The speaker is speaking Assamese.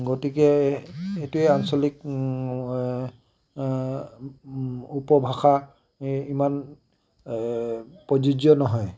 গতিকে এইটোৱে আঞ্চলিক উপভাষা এই ইমান প্ৰযোজ্য নহয়